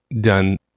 done